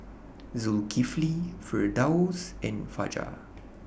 Zulkifli Firdaus and Fajar